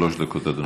שלוש דקות, אדוני.